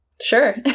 sure